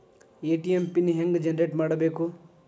ATM PIN ಹೆಂಗ್ generate ಮಾಡಬೇಕು?